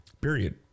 Period